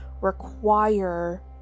require